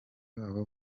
babo